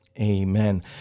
Amen